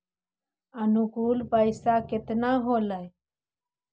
अनुकुल पैसा केतना होलय